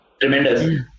tremendous